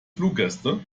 fluggäste